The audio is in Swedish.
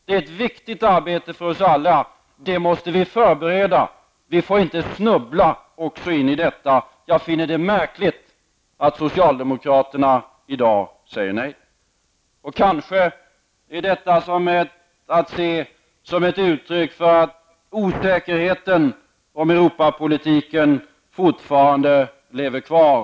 Det är ett viktigt arbete för oss alla. Det måste vi förbereda, och vi får inte snubbla in i detta också. Jag finner det märkligt att socialdemokraterna i dag säger nej. Kanske skall detta ses som ett uttryck för att osäkerhet om Europapolitiken fortfarande lever kvar.